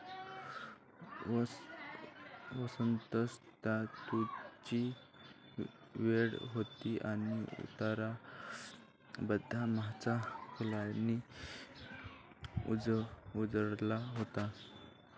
वसंत ऋतूची वेळ होती आणि उतार बदामाच्या फुलांनी उजळला होता